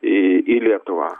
į į lietuvą